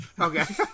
Okay